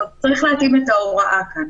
זאת אומרת, צריך להתאים את ההוראה כאן.